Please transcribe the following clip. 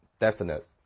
definite